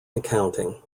accounting